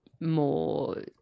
more